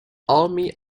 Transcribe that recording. army